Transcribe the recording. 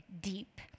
deep